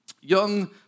young